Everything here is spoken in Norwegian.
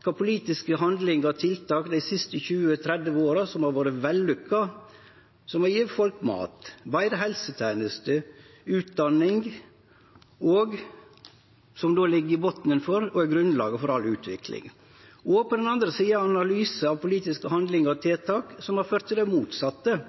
kva politiske handlingar og tiltak dei siste 20–30 åra som har vore vellukka, og som har gjeve folk mat, betre helsetenester og utdanning – det som ligg i botnen og er grunnlaget for all utvikling – og på den andre sida ein analyse av politiske handlingar og tiltak som har ført til det motsette: